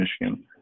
Michigan